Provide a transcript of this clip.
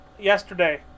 yesterday